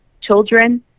children